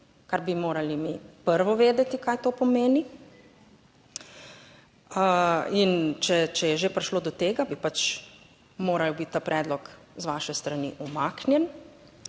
kar bi morali mi prvo vedeti, kaj to pomeni. In če je že prišlo do tega, bi pač moral biti ta predlog z vaše strani umaknjen.